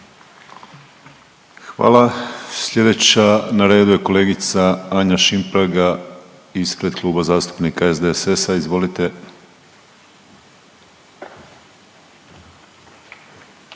Slijedeća na redu je kolegica Sanda Livija Maduna ispred Kluba zastupnika HDZ-a, izvolite.